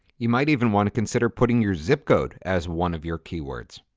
you might even want to consider putting your zip-code as one of your keywords.